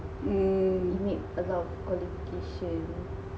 hmm